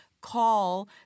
call